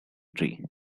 tree